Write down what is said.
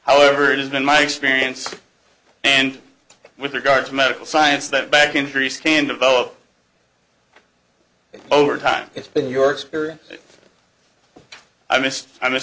however it has been my experience and with regard to medical science that back injury stand developed over time it's been your experience that i missed i miss